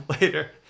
later